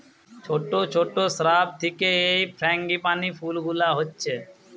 ছোট ছোট শ্রাব থিকে এই ফ্রাঙ্গিপানি ফুল গুলা হচ্ছে